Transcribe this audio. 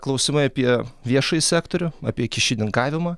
klausimai apie viešąjį sektorių apie kyšininkavimą